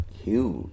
huge